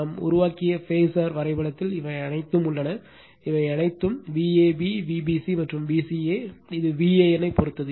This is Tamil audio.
நாம் உருவாக்கிய பேசர் வரைபடத்தில் இவை அனைத்தும் உள்ளன இவை அனைத்தும் Vab Vbc மற்றும் Vca இது Vanப் பொறுத்தது